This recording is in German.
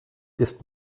ist